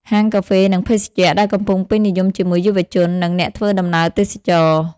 ហាងកាហ្វេ និងភេសជ្ជះ ដែលកំពុងពេញនិយមជាមួយយុវជន និងអ្នកធ្វើដំណើរទេសចរណ៍។